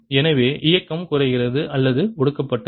எனவே இயக்கம் குறைகிறது அல்லது ஒடுக்கப்பட்டது